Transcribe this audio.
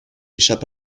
échappe